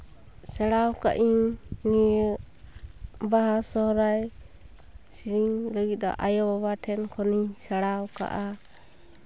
ᱥᱮᱲᱟ ᱠᱟᱜ ᱤᱧ ᱱᱤᱭᱟᱹ ᱵᱟᱦᱟ ᱥᱚᱦᱚᱨᱟᱭ ᱥᱮᱨᱮᱧ ᱞᱟᱹᱜᱤᱫ ᱫᱚ ᱟᱭᱳ ᱵᱟᱵᱟ ᱴᱷᱮᱱ ᱠᱷᱚᱱᱤᱧ ᱥᱮᱲᱟ ᱠᱟᱜᱼᱟ